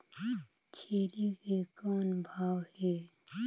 छेरी के कौन भाव हे?